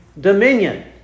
dominion